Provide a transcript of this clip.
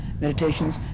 meditations